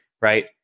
right